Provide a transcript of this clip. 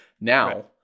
now